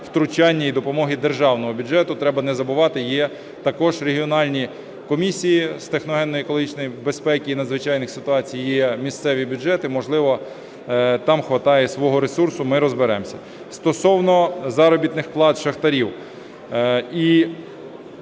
втручання і допомоги державного бюджету. Треба не забувати, є також регіональні комісії з техногенної екологічної безпеки і надзвичайних ситуацій, є місцеві бюджети, можливо, там хватає свого ресурсу, ми розберемося. Стосовно заробітних плат шахтарів